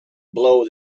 blow